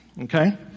okay